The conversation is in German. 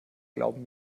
glauben